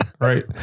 Right